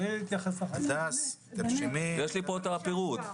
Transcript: יש לי פה את הפירוט.